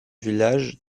village